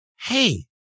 hey